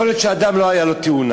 יכול להיות שלאדם לא הייתה תאונה,